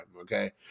okay